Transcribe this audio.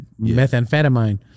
methamphetamine